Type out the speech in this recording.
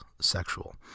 sexual